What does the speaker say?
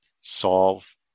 solve